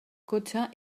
cotxe